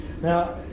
Now